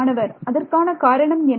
மாணவர் அதற்கான காரணம் என்ன